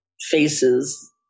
faces